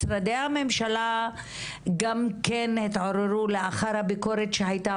משרדי הממשלה גם כן התעוררו לאחר הביקורת שהייתה